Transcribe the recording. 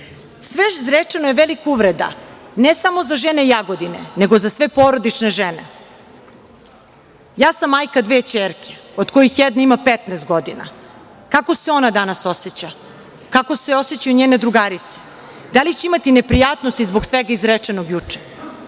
izrečeno je velika uvreda ne samo za žene Jagodine, nego za sve porodične žene. Ja sam majka dve ćerke, od kojih jedna ima 15 godina. Kako se ona danas oseća? Kako se osećaju njene drugarice? Da li će imati neprijatnosti zbog svega izrečenog juče?